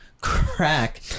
crack